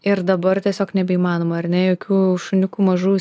ir dabar tiesiog nebeįmanoma ar ne jokių šuniukų mažų